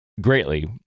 greatly